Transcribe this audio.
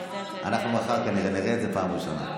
אנחנו מחר כנראה נראה את זה פעם ראשונה.